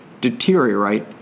deteriorate